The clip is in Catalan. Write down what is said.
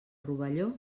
rovelló